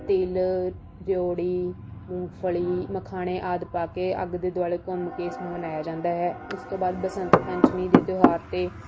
ਤਿਲ ਰਿਊੜੀ ਮੂੰਗਫਲੀ ਮਖਾਣੇ ਆਦਿ ਪਾ ਕੇ ਅੱਗ ਦੇ ਦੁਆਲੇ ਘੁੰਮ ਕੇ ਇਸ ਨੂੰ ਮਨਾਇਆ ਜਾਂਦਾ ਹੈ ਉਸ ਤੋਂ ਬਆਦ ਬਸੰਤ ਪੰਚਮੀ ਦੇ ਤਿਉਹਾਰ 'ਤੇ